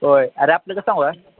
होय अरे आपलं कसं